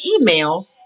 email